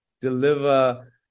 deliver